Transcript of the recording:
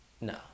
No